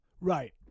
Right